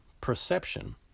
perception